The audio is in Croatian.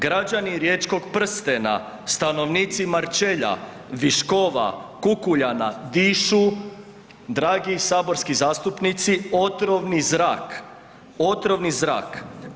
Građani riječkog prstena, stanovnici Marčelja, Viškova, Kukuljana dišu, dragi saborski zastupnici, otrovni zrak, otrovni zrak.